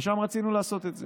ושם רצינו לעשות את זה.